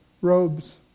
robes